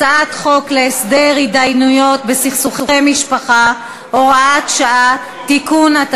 הצעת חוק להסדר התדיינויות בסכסוכי משפחה (הוראת שעה) (תיקון),